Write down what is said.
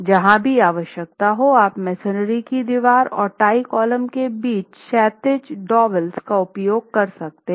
जहाँ भी आवश्यकता हो आप मेसनरी की दीवार और टाई कॉलम के बीच क्षैतिज डॉवेल्स का उपयोग कर सकते हैं